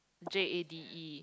J A D E